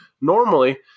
normally